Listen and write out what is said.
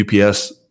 UPS